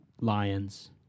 Lions